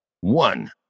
One